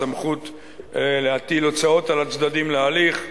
הסמכות להטיל הוצאות על הצדדים להליך,